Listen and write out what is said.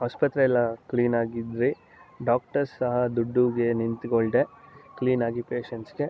ಆಸ್ಪತ್ರೆ ಎಲ್ಲ ಕ್ಲೀನಾಗಿದ್ರೆ ಡಾಕ್ಟರ್ಸ್ ಸಹ ದುಡ್ಡಿಗೆ ನಿಂತುಕೊಳ್ದೆ ಕ್ಲೀನಾಗಿ ಪೇಷೆಂಟ್ಸ್ಗೆ